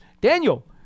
Daniel